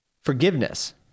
Forgiveness